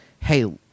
hey